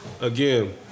again